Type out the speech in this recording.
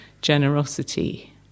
generosity